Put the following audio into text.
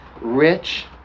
rich